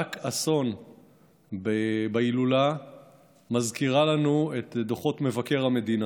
רק אסון בהילולה מזכיר לנו את דוחות מבקר המדינה,